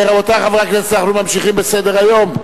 רבותי חברי הכנסת, אנחנו ממשיכים בסדר-היום.